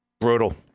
Brutal